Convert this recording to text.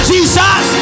Jesus